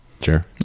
Sure